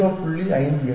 66 0